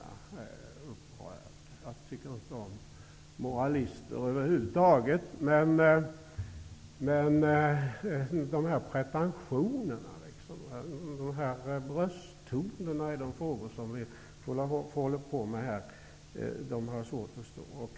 Jag tycker inte om moralister över huvud taget. Pretentionerna och brösttonerna vad gäller de frågor vi håller på med här har jag svårt att förstå.